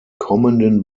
kommenden